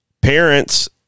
Parents